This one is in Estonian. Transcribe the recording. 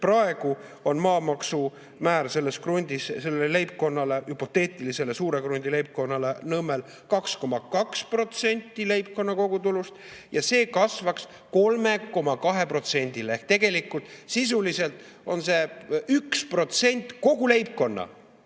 praegu on maamaksumäär sellel krundil sellele leibkonnale, hüpoteetilisele suure krundi leibkonnale Nõmmel 2,2% leibkonna kogutulust ja see kasvaks 3,2%-le. Ehk sisuliselt on [kasv] 1% kogu leibkonna